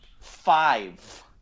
Five